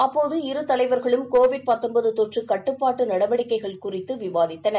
அப்போது இரு தலைவர்களும் கொரோனா தொற்று கட்டுப்பாட்டு நடவடிக்கைகள் குறித்து விவாதித்தனர்